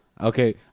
Okay